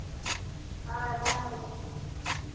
ᱦᱳᱭ ᱵᱟᱨ ᱦᱚᱲ ᱜᱮ